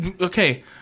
okay